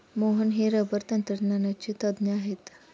मोहन हे रबर तंत्रज्ञानाचे तज्ज्ञ आहेत